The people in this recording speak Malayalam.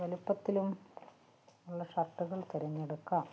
വലിപ്പത്തിലും ഉള്ള ഷർട്ടുകൾ തെരഞ്ഞെടുക്കാം